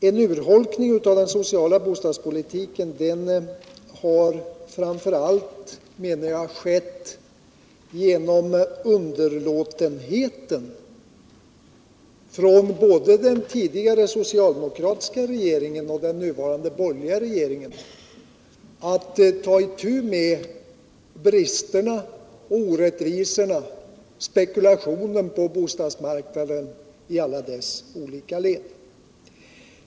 En urholkning av den sociala bostadspolitiken har, menar jag, framför allt skett genom underlåtenheten från både den tidigare socialdemokratiska regeringen och den nuvarande borgerliga regeringen att ta itu med bristerna, orättvisorna och spekulationen på bostadsmarknaden i alla dess olika led.